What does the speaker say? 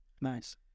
Nice